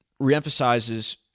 reemphasizes